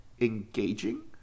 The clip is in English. engaging